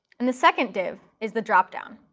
and the second div is the drop-down.